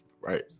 Right